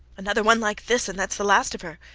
another one like this, and thats the last of her,